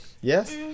Yes